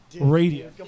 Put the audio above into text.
radio